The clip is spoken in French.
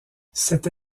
cette